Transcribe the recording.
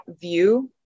view